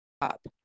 up